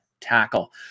tackle